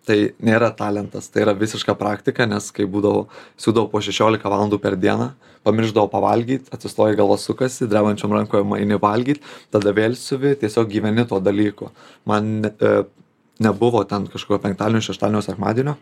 tai nėra talentas tai yra visiška praktika nes kai būdavo siūdavau po šešiolika valandų per dieną pamiršdavau pavalgyti atsistoja galva sukasi drebančiom rankom ėmė valgyti tada vėl siuvi tiesiog gyveni tuo dalyku man bet nebuvo ten kažko penktadienio šeštadienio sekmadienio